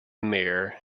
mayor